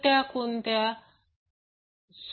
त्या कोणत्या आहेत